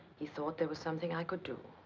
he thought there was something i could do.